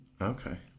okay